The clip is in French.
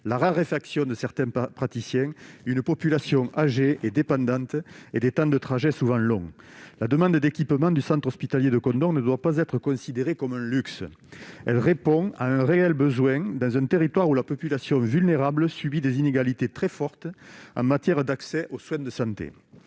la raréfaction de certaines pas praticiens une population âgée et dépendante et des temps de trajets souvent longs la demande et d'équipement du centre hospitalier de Côte-d Or ne doit pas être considérée comme un luxe, elle répond à un réel besoin dans un territoire où la population vulnérable subit des inégalités très fortes en matière d'accès aux soins de santé,